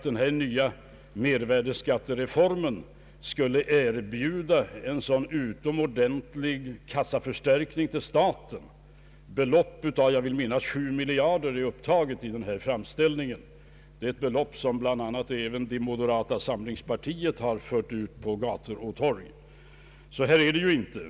Den nya mervärdeskattereformen skulle nämligen erbjuda en sådan utomordentlig kassaförstärkning för staten. Ett belopp på, jag vill minnas, sju miljarder kronor är upptaget i denna framställning. Det är ett belopp som bl.a. även det moderata samlingspartiet har fört ut på gator och torg. Men så är det ju inte.